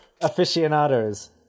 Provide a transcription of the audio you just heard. aficionados